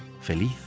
Feliz